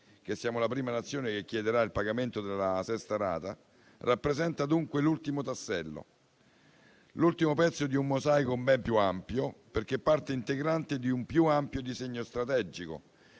che siamo la prima Nazione che chiederà il pagamento della sesta rata - e rappresenta dunque l'ultimo tassello, l'ultimo pezzo di un mosaico ben più ampio. È parte integrante di un più ampio disegno strategico